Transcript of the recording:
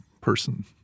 person